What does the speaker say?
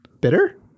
Bitter